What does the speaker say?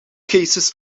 cases